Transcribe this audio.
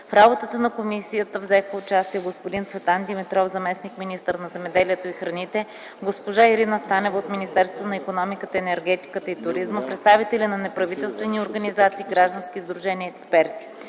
В работата на комисията взеха участие господин Цветан Димитров – заместник-министър на земеделието и храните, госпожа Ирина Станева от Министерството на икономиката, енергетиката и туризма, представители на неправителствени организации, граждански сдружения и експерти.